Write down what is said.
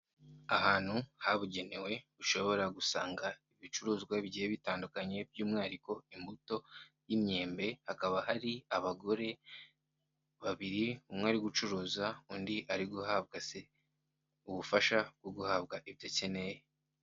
Ahantu habugenewe ushobora gusanga ibicuruzwa bigiye bitandukanye by'umwihariko imbuto y'imyembe, hakaba hari abagore babiri, umwe ari gucuruza undi ari guhabwa se ubufasha bwo guhabwa ibyo akeneye.